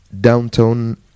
Downtown